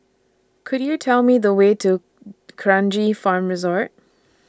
Could YOU Tell Me The Way to D'Kranji Farm Resort